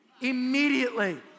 immediately